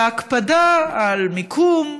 בהקפדה על מיקום,